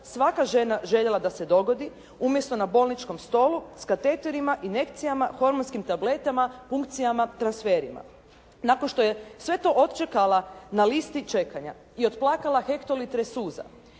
svaka žena željela da se dogodi umjesto na bolničkom stolu s kateterima, injekcijama, hormonskim tabletama, funkcijama, transferima. Nakon što je sve to otčekala na listi čekanja i otplakala hektolitre suza